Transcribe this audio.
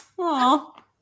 Aw